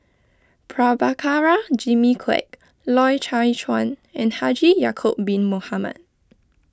Prabhakara Jimmy Quek Loy Chye Chuan and Haji Ya'Acob Bin Mohamed